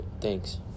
thanks